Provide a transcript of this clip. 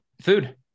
food